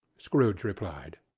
scrooge replied.